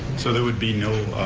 so there would be no